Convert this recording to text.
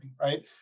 right